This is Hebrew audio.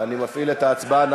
אני מפעיל את ההצבעה.